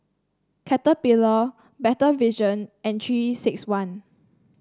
Caterpillar Better Vision and Three six one